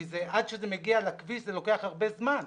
כי עד שזה מגיע לכביש זה לוקח הרבה זמן,